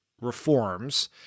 reforms